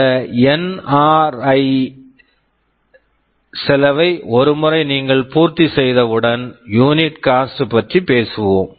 இந்த NRE NRE செலவை ஒரு முறை நீங்கள் பூர்த்தி செய்தவுடன் யூனிட் காஸ்ட் unit cost பற்றி பேசுவோம்